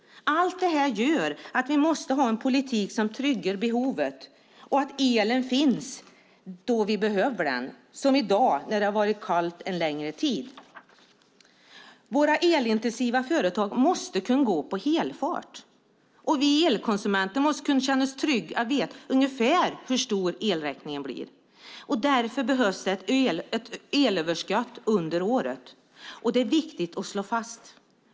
Allt detta gör att vi måste ha en politik som tryggar behovet och att elen finns då vi behöver den, som i dag när det har varit kallt en längre tid. Våra elintensiva företag måste kunna gå på helfart. Vi elkonsumenter måste kunna känna oss trygga med att veta ungefär hur stor elräkningen blir. Därför behövs det ett elöverskott under året. Det är viktigt att slå fast detta.